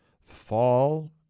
Fall